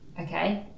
okay